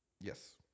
Yes